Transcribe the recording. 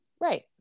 Right